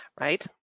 Right